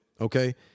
okay